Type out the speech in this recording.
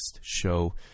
show